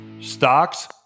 stocks